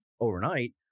overnight